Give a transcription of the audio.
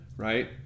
right